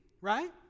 right